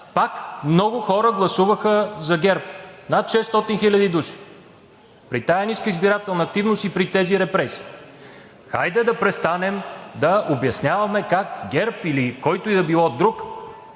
пак много хора гласуваха за ГЕРБ – над 600 хил. души, при тази ниска избирателна активност и при тези репресии. Хайде да престанем да обясняваме как ГЕРБ или който и да било друг,